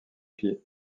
pieds